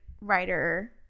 writer